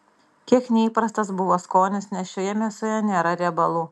kiek neįprastas buvo skonis nes šioje mėsoje nėra riebalų